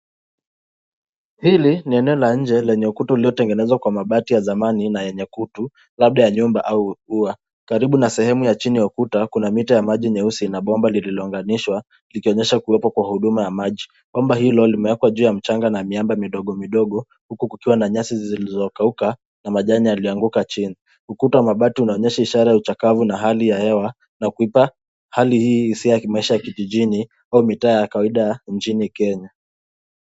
Hili ni eneo la nje lenye ukuta uliotengenezwa kwa mabati ya zamani na yenye kutu labda nyumba au huwa, karibu na sehemu ya chini ya ukuta kuna mita ya maji nyeusi ina bomba lililounganishwa likionyesha kuwepo kwa huduma ya maji ,kwamba hilo limewekwa juu ya mchanga na miamba midogo midogo huku kukiwa na nyasi zilizokauka na majani yalianguka chini ,ukuta mabati unaonyesha ishara ya uchakavu na hali ya hewa na kuipa hali hii hisia kijijini au mitaa ya kawaida mjini Kenya.